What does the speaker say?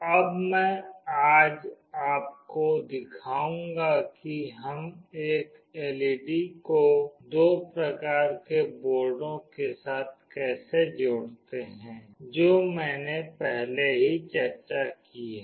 अब मैं आज आपको दिखाऊंगी कि हम एक एलईडी को दो प्रकार के बोर्डों के साथ कैसे जोड़ते हैं जो मैंने पहले ही चर्चा की है